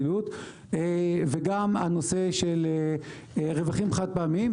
וגם הנושא של רווחים חד-פעמיים,